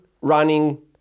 running